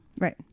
Right